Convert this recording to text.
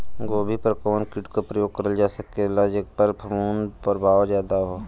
गोभी पर कवन कीट क प्रयोग करल जा सकेला जेपर फूंफद प्रभाव ज्यादा हो?